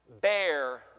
bear